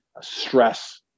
stress